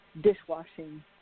dishwashing